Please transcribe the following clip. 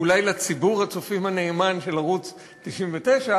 אולי לציבור הצופים הנאמן של ערוץ 99,